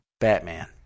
Batman